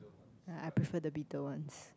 ya I prefer the bitter ones